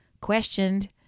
questioned